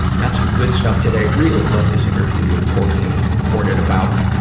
got some good stuff today. really love this interview with courtenay. it was recorded about,